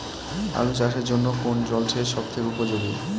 আলু চাষের জন্য কোন জল সেচ সব থেকে উপযোগী?